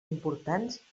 importants